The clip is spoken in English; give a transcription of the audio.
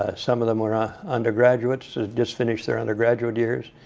ah some of them were ah undergraduates, had just finished their undergraduate years.